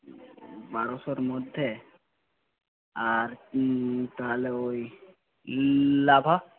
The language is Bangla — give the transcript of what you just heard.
বারোশোর মধ্যে আর তাহলে ওই লাভা